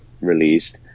released